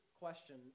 question